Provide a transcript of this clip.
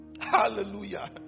hallelujah